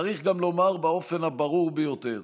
צריך גם לומר באופן הברור ביותר: